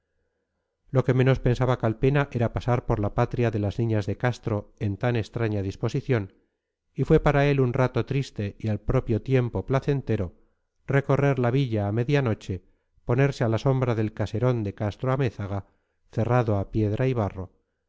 lo que menos pensaba calpena era pasar por la patria de las niñas de castro en tan extraña disposición y fue para él un rato triste y al propio tiempo placentero recorrer la villa a media noche ponerse a la sombra del caserón de castro-amézaga cerrado a piedra y barro